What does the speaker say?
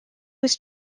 was